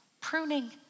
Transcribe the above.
pruning